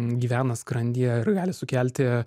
gyvena skrandyje ir gali sukelti